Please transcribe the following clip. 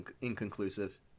inconclusive